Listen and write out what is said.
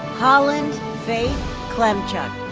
holland faith klemchuk.